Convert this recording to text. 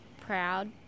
proud